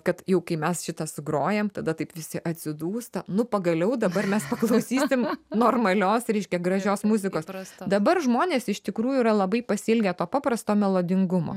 kad jau kai mes šitą sugrojam tada taip visi atsidūsta nu pagaliau dabar mes paklausysim normalios reiškia gražios muzikos dabar žmonės iš tikrųjų yra labai pasiilgę to paprasto melodingumo